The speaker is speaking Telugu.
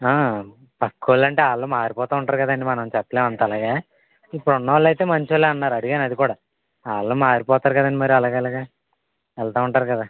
పక్క వాళ్ళంటే వాళ్ళు మారిపోతూ ఉంటారు కదండీ మనం చెప్పలేం అంత లాగ ఇప్పుడు ఉన్న వాళ్ళు అయితే మంచి వాళ్ళు అన్నారు అడిగాను అది కూడా వాళ్ళు మారిపోతారు కదండీ మరి అలాగలాగా వెళ్తూ ఉంటారు కదా